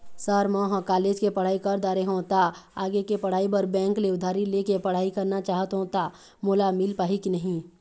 Sir म ह college के पढ़ाई कर दारें हों ता आगे के पढ़ाई बर बैंक ले उधारी ले के पढ़ाई करना चाहत हों ता मोला मील पाही की नहीं?